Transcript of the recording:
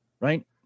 right